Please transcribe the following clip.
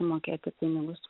sumokėti pinigus